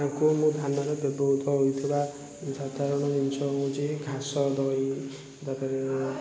ତାଙ୍କୁ ମୁଁ ଧାନରେ ବ୍ୟବହୃତ ହୋଇଥିବା ସାଧାରଣ ଜିନିଷ ହେଉଛି ଘାସ ଦହି ତା'ପରେ